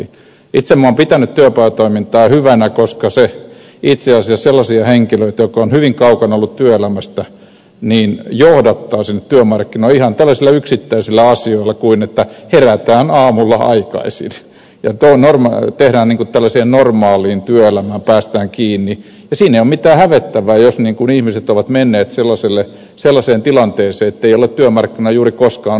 minä itse olen pitänyt työpajatoimintaa hyvänä koska se itse asiassa sellaisia henkilöitä jotka ovat hyvin kaukana olleet työelämästä johdattaa sinne työmarkkinoille ihan tällaisilla yksittäisillä asioilla kuten esimerkiksi sillä että herätään aamulla aikaisin ja näin normaaliin työelämään päästään kiinni ja siinä ei ole mitään hävettävää jos ihmiset ovat menneet sellaiseen tilanteeseen etteivät ole työmarkkinoilla juuri koskaan olleetkaan